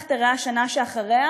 איך תיראה השנה שאחריה,